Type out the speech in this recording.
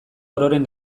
ororen